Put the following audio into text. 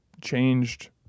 changed –